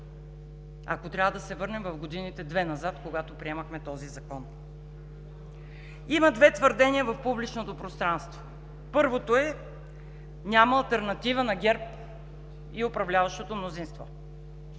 ако трябва да се върнем в годините – две назад, когато приемахме този закон. Има две твърдения в публичното пространство. Първото е: няма алтернатива на ГЕРБ и управляващото мнозинство.